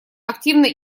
активно